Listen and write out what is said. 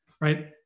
right